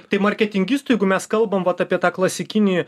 tai marketingistui jeigu mes kalbam vat apie tą klasikinį